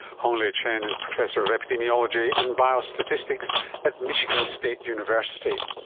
honglei chen is professor of epidemiology and biostatistics at michigan state university